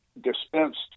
dispensed